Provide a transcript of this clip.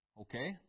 Okay